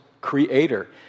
creator